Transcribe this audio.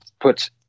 puts